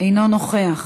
אינו נוכח.